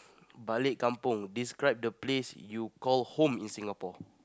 balik-kampung describe the place you call home in Singapore